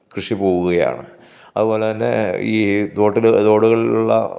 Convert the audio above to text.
കൃഷി പോവുകയാണ് അതുപോലെതന്നെ ഈ തോട്ടില് തോടുകളിൽ ഉള്ള